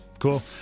Cool